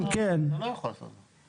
הוא לא יכול לעשות את זה.